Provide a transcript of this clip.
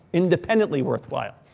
independently worthwhile?